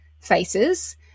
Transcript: faces